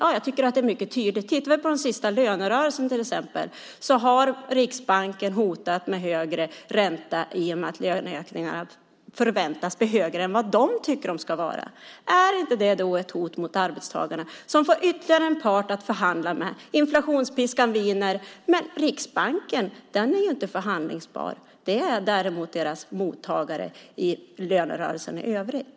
Ja, jag tycker att det är mycket tydligt. Tittar vi till exempel på den senaste lönerörelsen så har Riksbanken hotat med högre ränta i och med att löneökningarna förväntas bli högre än vad Riksbanken tycker att de ska vara. Är inte det då ett hot mot arbetstagarna, som får ytterligare en part att förhandla med? Inflationspiskan viner, men Riksbanken är ju inte förhandlingsbar. Det är däremot deras mottagare i lönerörelsen i övrigt.